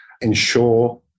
ensure